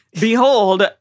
behold